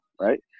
Right